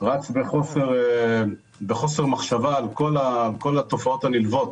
רץ בחוסר מחשבה על כל התופעות הנלוות